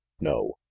no